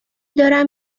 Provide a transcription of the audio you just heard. دارم